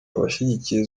abashigikiye